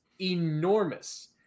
enormous